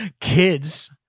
kids